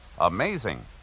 Amazing